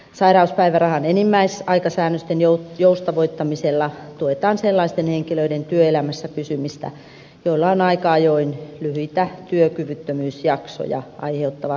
sairauspäivärahan enimmäisaikasäännösten joustavoittamisella tuetaan sellaisten henkilöiden työelämässä pysymistä joilla on aika ajoin lyhyitä työkyvyttömyysjaksoja aiheuttava sairaus